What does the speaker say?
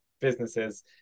businesses